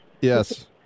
Yes